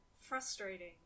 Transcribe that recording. frustrating